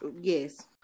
Yes